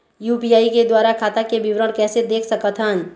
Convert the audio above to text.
UPI के द्वारा खाता के विवरण कैसे देख सकत हन?